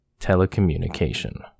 Telecommunication